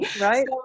Right